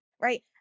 right